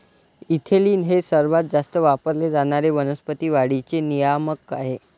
ethylene हे सर्वात जास्त वापरले जाणारे वनस्पती वाढीचे नियामक आहे